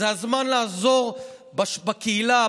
זה הזמן לעזור בקהילה,